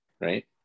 right